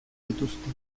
dituzte